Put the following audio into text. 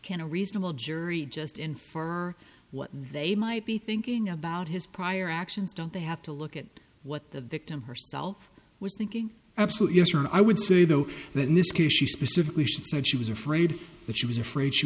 a reasonable jury just in for what they might be thinking about his prior actions don't they have to look at what the victim herself was thinking absolutely and i would say though that in this case she specifically said she was afraid that she was afraid she